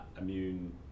immune